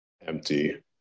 empty